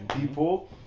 people